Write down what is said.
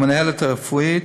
המנהלת הרפואית,